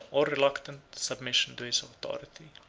or reluctant, submission to his authority.